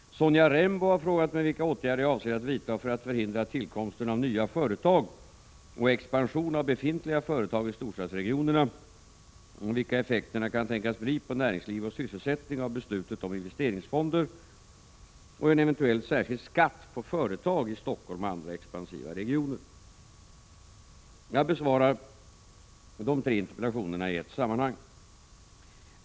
Sonja Rembo har frågat mig vilka åtgärder jag avser att vidta för att förhindra tillkomsten av nya företag och expansion av befintliga företag i storstadsregionerna och vilka effekterna kan tänkas bli på näringsliv och sysselsättning av beslutet om investeringsfonder och en eventuell särskild skatt på företag i Stockholm och andra expansiva regioner. Jag besvarar de tre interpellationerna i ett sammanhang.